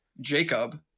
jacob